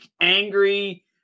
angry